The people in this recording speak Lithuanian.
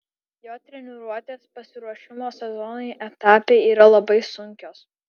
jo treniruotės pasiruošimo sezonui etape yra labai sunkios